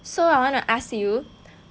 so I wanna ask you